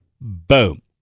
boom